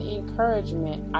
encouragement